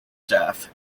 staff